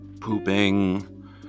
Pooping